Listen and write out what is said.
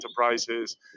enterprises